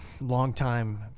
longtime